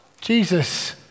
Jesus